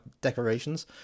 decorations